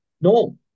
No